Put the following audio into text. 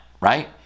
right